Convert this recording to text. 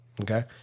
Okay